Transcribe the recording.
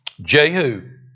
Jehu